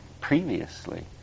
previously